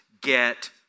get